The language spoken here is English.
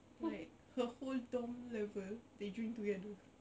like her whole dorm level they drink together